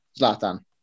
Zlatan